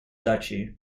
duchy